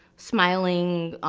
smiling,